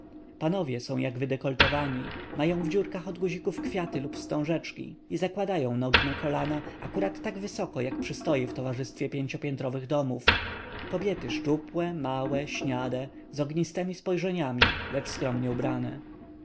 panowie są jak wydekoltowani mają w dziurkach od guzików kwiaty lub wstążeczki i zakładają nogi na kolana akurat tak wysoko jak przystoi w sąsiedztwie pięciopiętrowych domów kobiety szczupłe małe śniade z ognistemi spojrzeniami lecz skromnie ubrane